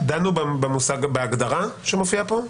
דנו בהגדרה שמופיעה פה?